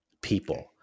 people